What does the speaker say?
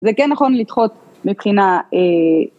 זה כן נכון לדחות מבחינה...